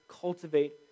cultivate